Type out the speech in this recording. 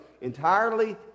entirely